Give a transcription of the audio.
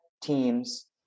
teams